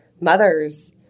mothers